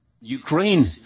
Ukraine